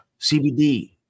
CBD